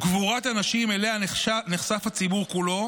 וגבורת הנשים, שאליה נחשף הציבור כולו,